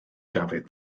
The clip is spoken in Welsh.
dafydd